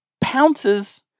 pounces